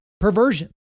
perversion